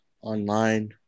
online